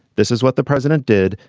this is what the president did.